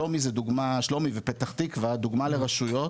שלומי זה דוגמא, שלומי ופתח תקווה, דוגמא לרשויות